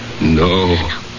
No